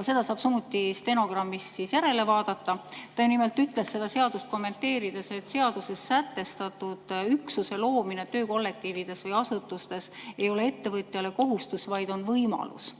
Seda saab samuti stenogrammist järele vaadata. Ta nimelt ütles seda seadust kommenteerides, et seaduses sätestatud üksuse loomine töökollektiivides või asutustes ei ole ettevõtjale kohustus, vaid on võimalus.